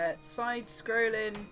Side-scrolling